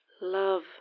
love